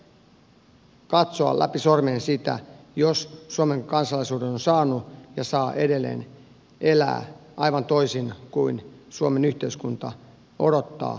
ei voida katsoa läpi sormien sitä jos suomen kansalaisuuden on saanut ja saa edelleen elää aivan toisin kuin suomen yhteiskunta odottaa ja edellyttää